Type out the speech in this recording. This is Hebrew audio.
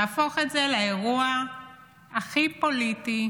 להפוך את זה לאירוע הכי פוליטי,